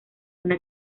una